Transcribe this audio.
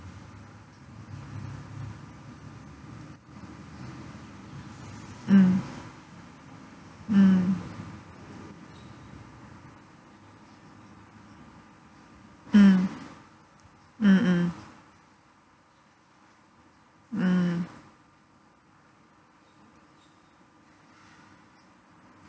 mm mm mm mm mm mm